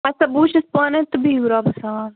اَدٕ سا بہٕ وٕچھَس پانَے تہٕ بِہِو رۄبَس حوال